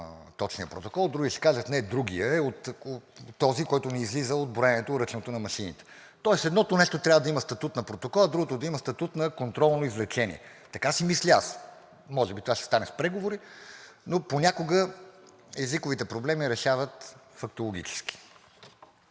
точният протокол, а други ще кажат – не, другият е, от този, който не излиза от ръчното броене на машините. Тоест, едното нещо трябва да има статут на протокол, а другото да има статут на контролно извлечение. Така си мисля аз. Може би това ще стане с преговори, но понякога езиковите проблеми решават фактологически.